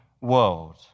world